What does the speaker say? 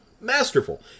Masterful